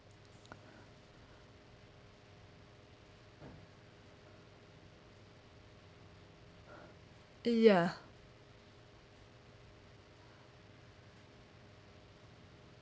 ya